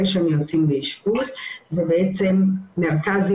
אני אומר מילה לגבי האשפוזית הארצית לתחלואה כפולה.